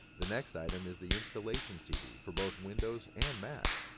the next item is the installation cd for both windows and mac.